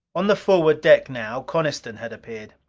on the forward deck now coniston had appeared,